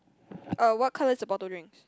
uh what colour is the bottle drinks